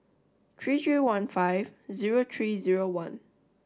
three three one five zero three zero one